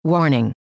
Warning